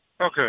Okay